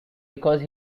because